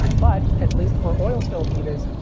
but at least for oil-filled heaters,